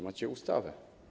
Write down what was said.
Macie ustawę.